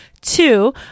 Two